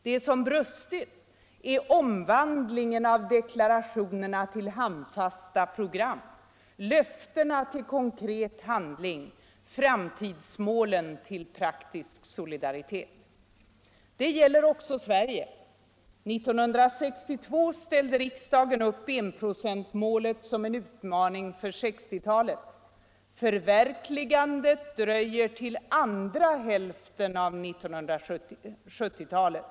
Det som brustit är omvandlingen av deklarationerna till handfasta program, löftena till konkret handling, framtidsmålen till praktisk solidaritet. Det gäller också Sverige. År 1962 ställde riksdagen upp enprocentsmålet som en utmaning för 1960-talet. Förverkligandet dröjde till andra halvan av 1970-talet.